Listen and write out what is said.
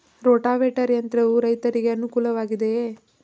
Rotavator ಯಂತ್ರವು ರೈತರಿಗೆ ಅನುಕೂಲ ವಾಗಿದೆಯೇ?